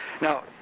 Now